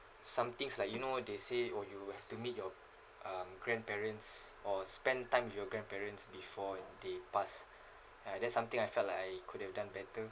somethings like you know what they say oh you'll have to meet your um grandparents or spend time with your grandparents before your they passed ah that something I felt like I could have done better